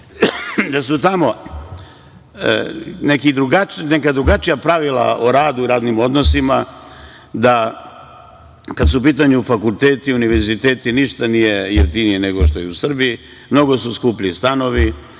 da su tamo neka drugačija pravila o radu, radnim odnosima, da kada su u pitanju fakulteti, univerziteti, ništa nije jeftinije nego što je u Srbiji. Mnogo su skupi stanovi,